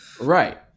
Right